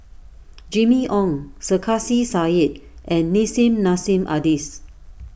Jimmy Ong Sarkasi Said and Nissim Nassim Adis